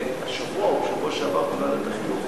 השבוע או בשבוע שעבר בוועדת החינוך,